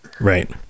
Right